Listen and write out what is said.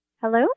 Hello